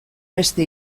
beste